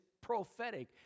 prophetic